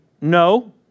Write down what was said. no